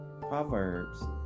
Proverbs